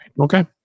Okay